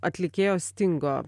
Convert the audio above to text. atlikėjo stingo